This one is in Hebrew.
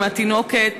עם התינוקת,